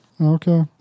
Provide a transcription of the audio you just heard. Okay